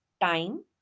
time